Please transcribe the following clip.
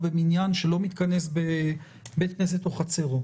אם נצטרך נכנס כמובן את הוועדה.